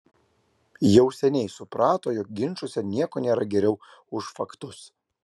jau seniai suprato jog ginčuose nieko nėra geriau už faktus